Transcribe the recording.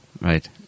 right